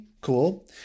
cool